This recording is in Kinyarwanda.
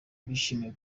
bishimiye